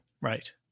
right